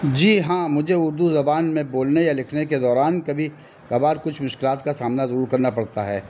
جی ہاں مجھے اردو زبان میں بولنے یا لکھنے کے دوران کبھی کبھار کچھ مشکلات کا سامنا ضرور کرنا پڑتا ہے